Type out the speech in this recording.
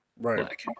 right